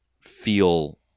feel